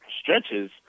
stretches